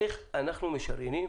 איך אנחנו משריינים